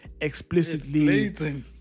explicitly